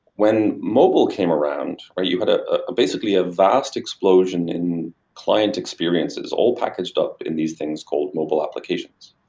when mobile came around, or you had ah ah basically a vast explosion in client experiences all packaged up in these things called mobile applications.